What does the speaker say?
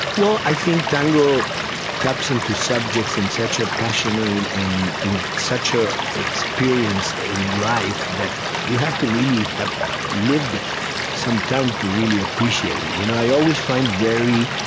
well, i think tango taps into subjects in such a passionate and with such a experienced in life that you have to really have lived some time to really appreciate it. you know i always find very,